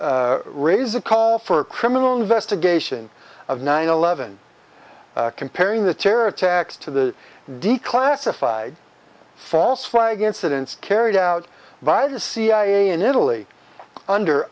raise a call for a criminal investigation of nine eleven comparing the terror attacks to the declassified false flag incidents carried out by the cia in italy under